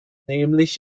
nämlich